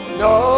no